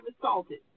assaulted